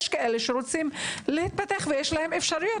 יש כאלה שרוצים להתפתח ויש להם אפשרויות.